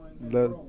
let